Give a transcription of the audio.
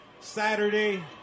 Saturday